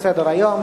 אין.